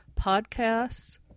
podcasts